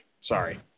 Sorry